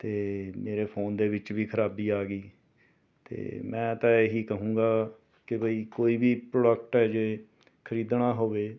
ਅਤੇ ਮੇਰੇ ਫੋਨ ਦੇ ਵਿੱਚ ਵੀ ਖਰਾਬੀ ਆ ਗਈ ਅਤੇ ਮੈਂ ਤਾਂ ਇਹੀ ਕਹੂੰਗਾ ਕਿ ਬਈ ਕੋਈ ਵੀ ਪ੍ਰੋਡਕਟ ਆ ਜੇ ਖਰੀਦਣਾ ਹੋਵੇ